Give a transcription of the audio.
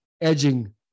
edging